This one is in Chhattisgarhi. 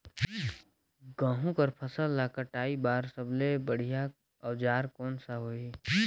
गहूं के फसल ला कटाई बार सबले बढ़िया औजार कोन सा होही?